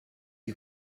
you